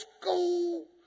school